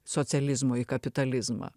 socializmo į kapitalizmą